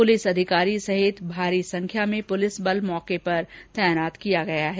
police अधिकारी सहित भारी संख्या पुलिस बल मौके पर तैनात किया गया है